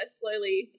slowly